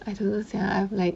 I dont know sia I've like